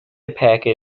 packet